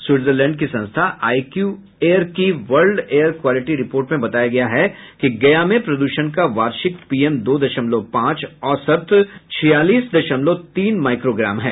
Switzerland की संस्था IQ air की वर्ल्ड एयर क्वालिटी रिपोर्ट में बताया गया है कि गया में प्रद्रषण का वार्षिक पीएम दो दशमलव पांच औसत छियालीस दशमलव तीन माईक्रोग्राम है